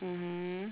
mmhmm